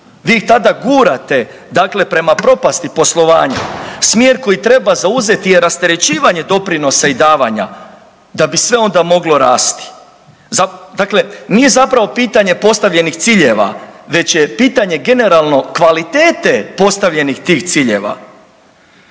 vi ih tada gurate dakle prema propasti poslovanja. Smjer koji treba zauzeti je rasterećivanje doprinosa i davanja da bi sve onda moglo rasti. Dakle, nije zapravo pitanje postavljenih ciljeva već je pitanje generalno kvalitete postavljenih tih ciljeva.